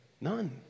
None